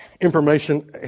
information